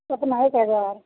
केतना एक हजार